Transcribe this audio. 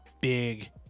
big